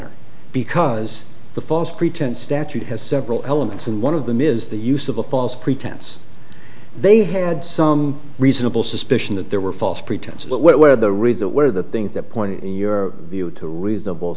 honor because the false pretense statute has several elements and one of them is the use of a false pretense they had some reasonable suspicion that there were false pretenses where the read that one of the things that point in your view to reasonable